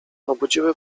obudziły